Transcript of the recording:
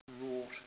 wrought